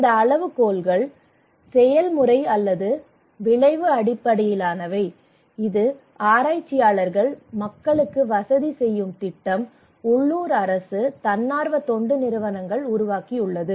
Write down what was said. இந்த அளவுகோல்கள் செயல்முறை அல்லது விளைவு அடிப்படையிலானவை இது ஆராய்ச்சியாளர்கள் மக்களுக்கு வசதி செய்யும் திட்டம் உள்ளூர் அரசு தன்னார்வ தொண்டு நிறுவனங்கள் உருவாக்கியுள்ளது